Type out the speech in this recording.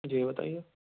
جی بتائے